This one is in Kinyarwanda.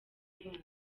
abanza